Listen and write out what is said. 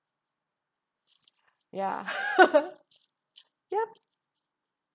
ya yup